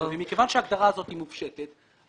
מכיוון שההגדרה הזאת היא מופשטת,